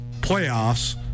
playoffs